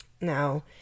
Now